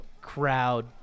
crowd